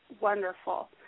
Wonderful